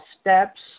Steps